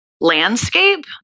landscape